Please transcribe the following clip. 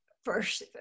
first